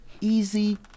easy